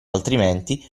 altrimenti